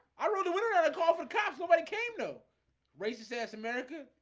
i rode the winter gonna call for cops. nobody came to raise the south america